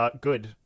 Good